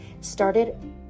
started